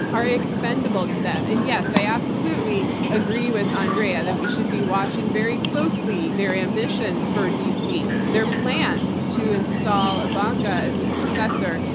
are expendable to them. and yes, i absolutely agree with andrea that we should be watching very closely their ambitions for dc, their plans to install ivanka as the successor,